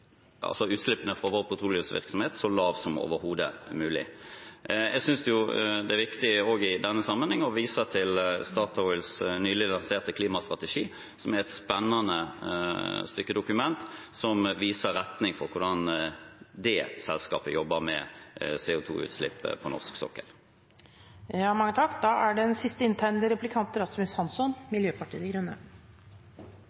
som overhodet mulig. Jeg synes også det er viktig i denne sammenhengen å vise til Statoils nylig lanserte klimastrategi, som er et spennende stykke dokument som viser hvordan det selskapet jobber med CO2-utslipp fra norsk sokkel. Det som spiller noen rolle for klimautviklingen på jorda, er